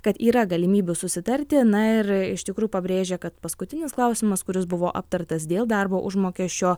kad yra galimybių susitarti na ir iš tikrųjų pabrėžė kad paskutinis klausimas kuris buvo aptartas dėl darbo užmokesčio